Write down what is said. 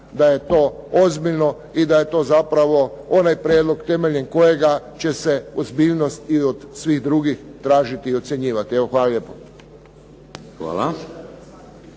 da je to ozbiljno i da je to zapravo onaj prijedlog temeljem kojega će se ozbiljnost i od svih drugih tražiti i ocjenjivati. Evo,